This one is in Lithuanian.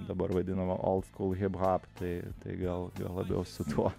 dabar vadinamo old school hip hop tai tai gal gal labiau su tuo